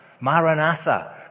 Maranatha